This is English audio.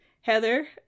Heather